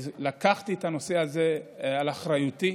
לקחתי את הנושא הזה על אחריותי.